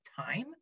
time